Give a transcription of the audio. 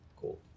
Cool